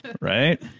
Right